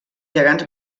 gegants